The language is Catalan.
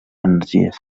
energies